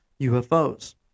UFOs